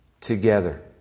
together